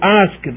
ask